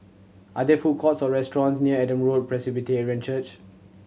are there food courts or restaurants near Adam Road Presbyterian Church